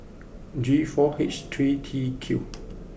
G four H three T Q